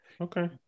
okay